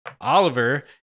Oliver